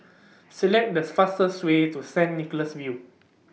Select The fastest Way to Saint Nicholas View